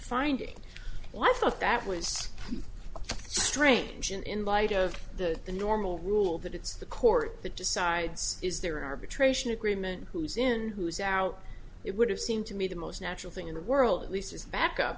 finding what i thought that was strange and in light of the the normal rule that it's the court that decides is there an arbitration agreement who's in who's out it would have seemed to me the most natural thing in the world at least as backup